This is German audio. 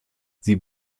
sie